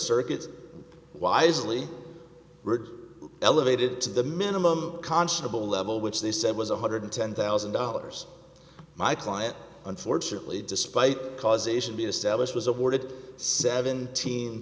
circuit's wisely were elevated to the minimum conscionable level which they said was one hundred ten thousand dollars my client unfortunately despite causation be established was awarded seventeen